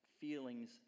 feelings